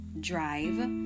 drive